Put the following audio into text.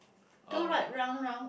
two right round round